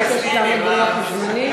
תסכם בבקשה, במשפט.